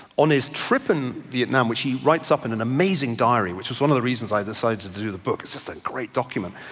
on his trip in vietnam, which he writes up in an amazing diary, which was one of the reasons i decided to do the book. it's just a great document.